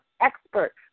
expert